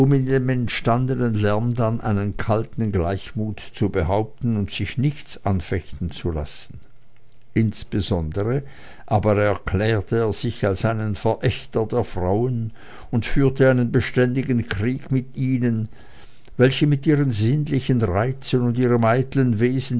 in dem entstandenen lärm dann einen kalten gleichmut zu behaupten und sich nichts anfechten zu lassen insbesondere aber erklärte er sich als einen verächter der frauen und führte einen beständigen krieg mit ihnen welche mit ihren sinnlichen reizen und ihrem eitlen wesen